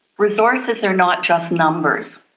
resources are not just numbers,